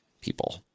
people